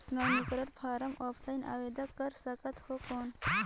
नवीनीकरण फारम ऑफलाइन आवेदन कर सकत हो कौन?